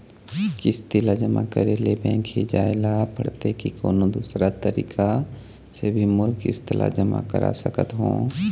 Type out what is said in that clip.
किस्त ला जमा करे ले बैंक ही जाए ला पड़ते कि कोन्हो दूसरा तरीका से भी मोर किस्त ला जमा करा सकत हो?